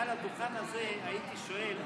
ומעל הדוכן הזה הייתי שואל,